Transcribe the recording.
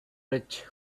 rich